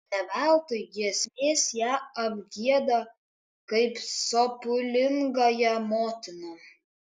ne veltui giesmės ją apgieda kaip sopulingąją motiną